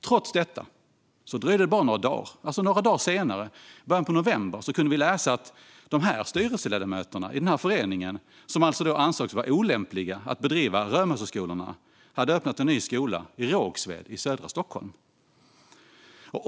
Trots detta dröjde det bara några dagar innan vi i början av november kunde läsa att styrelseledamöterna i föreningen, som ansågs vara olämpliga att bedriva Römosseskolorna, hade öppnat en ny skola i Rågsved i södra Stockholm.